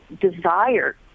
desire